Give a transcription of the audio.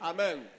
Amen